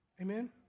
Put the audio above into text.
Amen